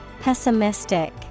Pessimistic